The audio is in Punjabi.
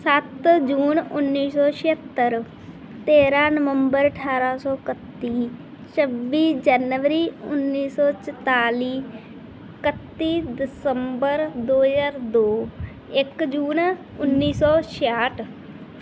ਸੱਤ ਜੂਨ ਉੱਨੀ ਸੌ ਛਿਹੱਤਰ ਤੇਰਾਂ ਨਵੰਬਰ ਅਠਾਰਾਂ ਸੌ ਇਕੱਤੀ ਛੱਬੀ ਜਨਵਰੀ ਉੱਨੀ ਸੌ ਚੁਤਾਲੀ ਇਕੱਤੀ ਦਸਬੰਰ ਦੋ ਹਜ਼ਾਰ ਦੋ ਇੱਕ ਜੂਨ ਉੱਨੀ ਸੌ ਛਿਆਹਠ